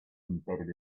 embedded